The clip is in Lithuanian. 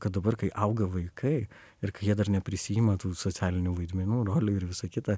kad dabar kai auga vaikai ir kai jie dar neprisiima tų socialinių vaidmenų rolių ir visa kita